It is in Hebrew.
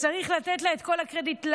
צריך לתת לה את כל הקרדיט,